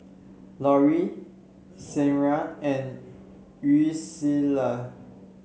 Lori Sierra and Yulissa